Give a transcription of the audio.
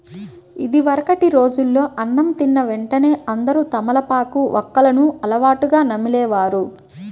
ఇదివరకటి రోజుల్లో అన్నం తిన్న వెంటనే అందరూ తమలపాకు, వక్కలను అలవాటుగా నమిలే వారు